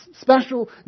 special